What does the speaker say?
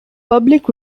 public